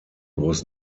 was